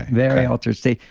very altered state,